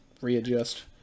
readjust